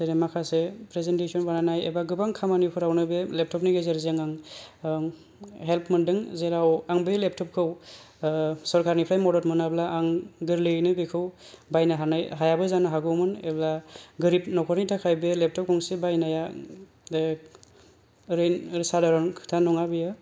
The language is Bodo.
जेरै माखासे प्रेजेनतेसन बानायनाय एबा गोबां खामानिफोरावनो बे लेपटपनि गेजेरजों आं आं हेल्प मोनदों जेराव आं बे लेपटपखौ सरकारनिफ्राय मदद मोनाब्ला आं बे गोरलैयैनो बेखौ बायनो हायाबो जानो हागौमोन एबा गोरिब न'खरनि थाखाय बे लेपटप गंसे बायनाया ओरैनो सादारन खोथा नङा बेयो